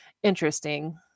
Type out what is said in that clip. interesting